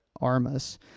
Armas